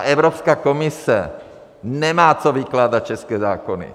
A Evropská komise nemá co vykládat české zákony!